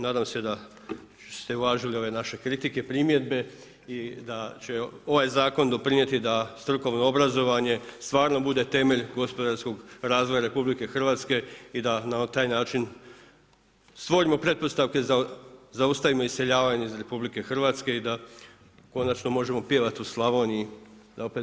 Nadam se da ste uvažili ove naše kritike, primjedbe i da će ovaj zakon doprinijeti da strukovno obrazovanje stvarno bude temelj gospodarskog razvoja RH i da na taj način stvorimo pretpostavke, zaustavimo iseljavanje iz RH i da konačno možemo pjevati u Slavoniji, da je opet lipa i bogata.